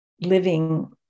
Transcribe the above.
living